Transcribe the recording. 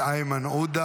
אורית,